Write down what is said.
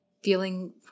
feeling